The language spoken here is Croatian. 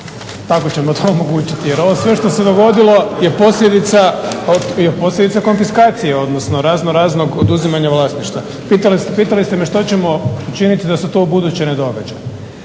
tako ćemo to omogućiti. Jer ovo sve što se dogodilo je posljedica konfiskacije, odnosno razno raznog oduzimanja vlasništva. Pitali ste me što ćemo učiniti što ćemo učiniti da se to u buduće ne događa.